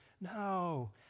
No